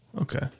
okay